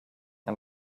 and